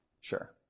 sure